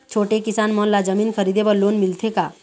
छोटे किसान मन ला जमीन खरीदे बर लोन मिलथे का?